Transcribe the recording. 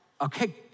okay